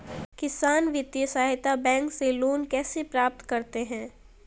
किसान वित्तीय सहायता बैंक से लोंन कैसे प्राप्त करते हैं?